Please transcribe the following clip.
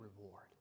reward